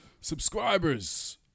Subscribers